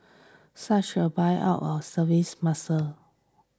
such a buyout will services muscle